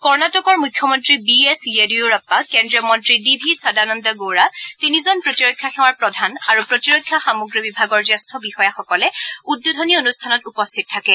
কৰ্ণাটকৰ মুখ্যমন্তী B S Yediyurappa কেন্দ্ৰীয় মন্তী ডি ভি সদানন্দ গৌড়া তিনিজন প্ৰতিৰক্ষা সেৱাৰ প্ৰধান আৰু প্ৰতিৰক্ষা সামগ্ৰী বিভাগৰ জ্যেষ্ঠ বিষয়াসকলে উদ্বোধনী অনুষ্ঠানত উপস্থিত থাকে